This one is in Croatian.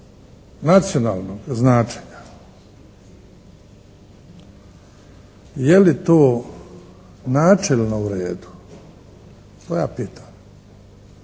nacionalnog značenja. Je li to načelno uredu? To ja pitam.